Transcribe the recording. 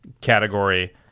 category